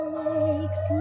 makes